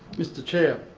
mr chair,